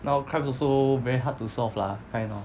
now crimes also very hard to solve of lah kind of